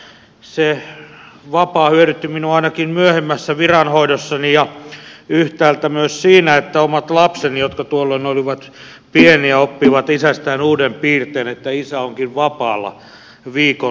se vapaa hyödytti minua ainakin myöhemmässä viranhoidossani ja yhtäältä myös siinä että omat lapseni jotka tuolloin olivat pieniä oppivat isästään uuden piirteen että isä onkin vapaalla viikonloput eikä työssä